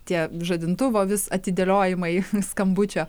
tie žadintuvo vis atidėliojimai skambučio